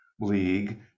league